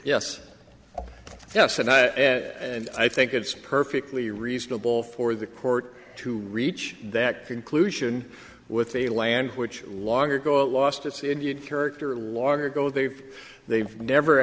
yes yes and i and i think it's perfectly reasonable for the court to reach that conclusion with a land which long ago lost its indian character long ago they've they've never